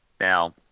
Now